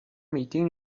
meeting